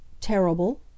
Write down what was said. Terrible